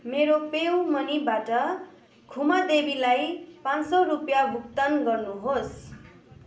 मेरो PayU मनीबाट खुमा देवीलाई पाँच सौ रुपियाँ भुक्तान गर्नुहोस्